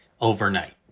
overnight